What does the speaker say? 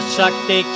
Shakti